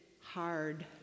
hard